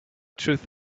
truth